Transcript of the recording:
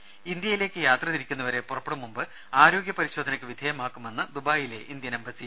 ത ഇന്ത്യയിലേക്ക് യാത്ര തിരിക്കുന്നവരെ പുറപ്പെടും മുമ്പ് ആരോഗ്യ പരിശോധനയ്ക്ക് വിധേയമാക്കുമെന്ന് ദുബായിലെ ഇന്ത്യൻ എംബസി